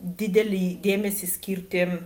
didelį dėmesį skirti